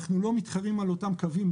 אנחנו לא מתחרים בהכרח על אותם קווים.